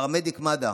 פרמדיק מד"א,